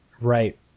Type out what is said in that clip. Right